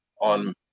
on